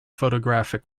photographic